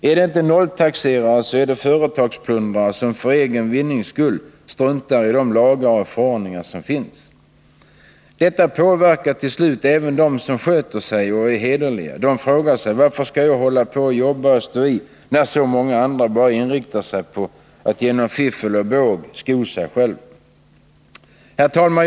Är det inte nolltaxerare så är det företagsplundrare som för egen vinnings skull struntar i de lagar och förordningar som finns. Detta påverkar till slut även dem som sköter sig och är hederliga. De frågar sig: Varför skall jag hålla på och jobba och stå i, när så många andra bara inriktar sig på att genom fiffel och båg sko sig själva? Fru talman!